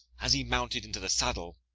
as he mounted into the saddle,